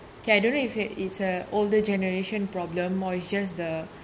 okay I don't know if it's a older generation problem or it just the